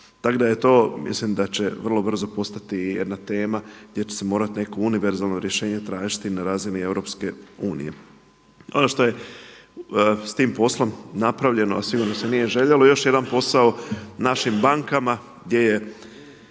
tako da je to, mislim da će vrlo brzo postati jedna tema gdje će se morati neko univerzalno rješenje tražiti na razini Europske unije. Ono što je s tim poslom napravljeno a sigurno se nije željelo još jedan posao našim bankama gdje je